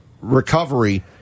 recovery